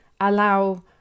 allow